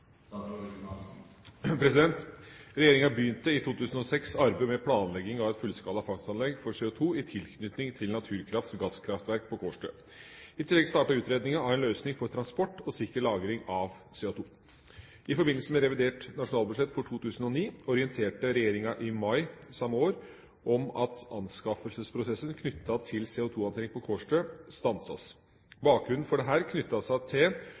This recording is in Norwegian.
Regjeringa begynte i 2006 arbeidet med planleggingen av et fullskala fangstanlegg for CO2 i tilknytning til Naturkrafts gasskraftverk på Kårstø. I tillegg startet utredningen av en løsning for transport og sikker lagring av CO2. I forbindelse med revidert nasjonalbudsjett for 2009 orienterte regjeringa i mai samme år om at anskaffelsesprosessen knyttet til CO2-håndtering på Kårstø stanses. Bakgrunnen for dette knyttet seg bl.a. til